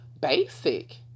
basic